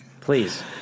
Please